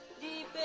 deep